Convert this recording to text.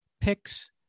picks